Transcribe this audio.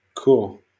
Cool